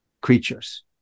creatures